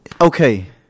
Okay